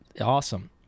awesome